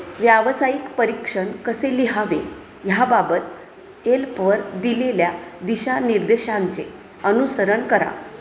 व्यावसायिक परीक्षण कसे लिहावे ह्या बाबत एल्पवर दिलेल्या दिशा निर्देशांचे अनुसरण करा